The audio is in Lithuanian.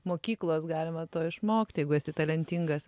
mokyklos galima to išmokti jeigu esi talentingas